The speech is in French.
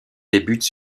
débute